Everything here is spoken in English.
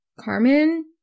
Carmen